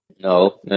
No